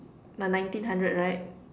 the nineteen hundred right